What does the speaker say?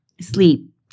sleep